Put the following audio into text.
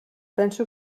penso